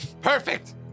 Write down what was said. Perfect